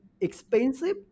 expensive